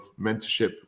mentorship